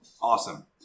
Awesome